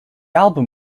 album